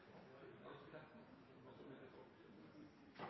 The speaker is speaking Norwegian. Det er altså en totalvurdering som